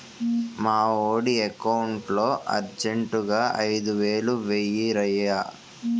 మావోడి ఎకౌంటులో అర్జెంటుగా ఐదువేలు వేయిరయ్య